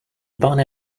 banner